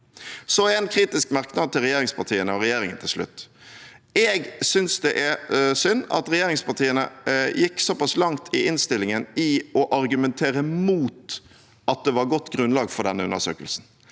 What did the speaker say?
Så en kritisk merknad til regjeringspartiene og regjeringen til slutt: Jeg synes det er synd at regjeringspartiene gikk såpass langt i innstillingen i å argumentere mot at det var godt grunnlag for denne undersøkelsen.